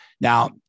now